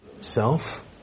Self